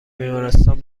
بیمارستان